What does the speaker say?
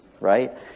right